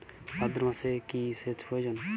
ভাদ্রমাসে কি সেচ প্রয়োজন?